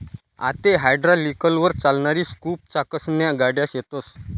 आते हायड्रालिकलवर चालणारी स्कूप चाकसन्या गाड्या शेतस